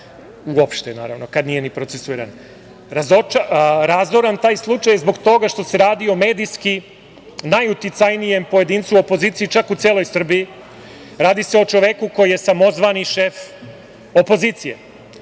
uopšte, naravno kad nije ni procesuiran. Razoran je taj slučaj zbog toga što se radi o medijski najuticajnijem pojedincu opozicije, čak u celoj Srbiji. Radi se o čoveku koji je samozvani šef opozicije. Tajkun